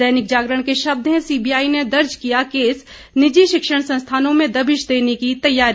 दैनिक जागरण के शब्द हैं सीबीआई ने दर्ज किया केस निजी शिक्षण संस्थानों में दाबिश देने की तैयारी